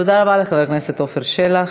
תודה רבה לחבר הכנסת עפר שלח.